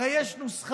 הרי יש נוסחה,